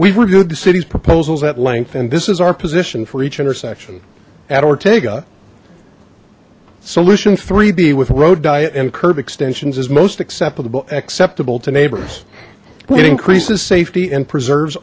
we've reviewed the city's proposals at length and this is our position for each intersection at ortega solution b with road diet and curb extensions is most acceptable acceptable to neighbors it increases safety and preserves